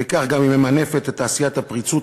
וכך גם היא ממנפת את תעשיית הפריצות,